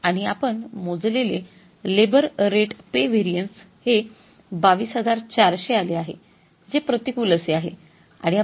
आणि आपण मोजलेले लेबर रेट पे व्हेरिएन्स हे २२४०० आले आहे जे प्रतिकूल असे आहे